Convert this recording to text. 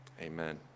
Amen